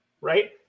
Right